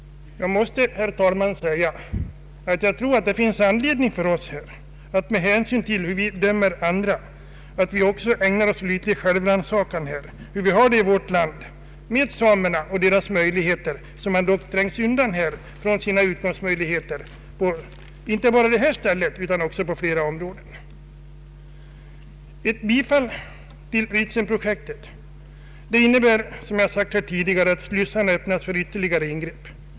Jag måste säga, herr talman, att det med hänsyn till hur vi dömer andra finns anledning för oss att också ägna oss åt självrannsakan. Hur har vi det i vårt land med samerna, som trängts undan från sina utkomstmöjligheter, inte bara på det nu aktuella stället utan på flera andra områden? bär, som jag sagt tidigare, att slussarna öppnas för nya ingrepp.